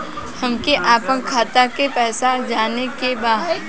हमके आपन खाता के पैसा जाने के बा